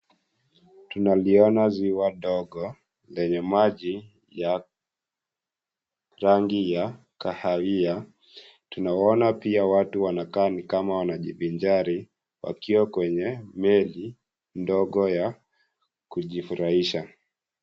Tunaliona ziwa dogo lenye maji ya rangi ya kahawia. Tunaona pia watu wanakaa ni kama wanajivinjari wakiwa kwenye meli ndogo ya kujifurahisha.